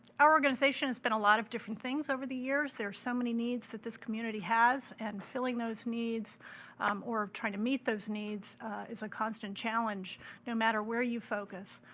our organization has been a lot of different things over the years. there are so many needs that this community has, and filling those needs or trying to meet those needs is a constant challenge no matter where you focus.